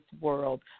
world